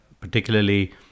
particularly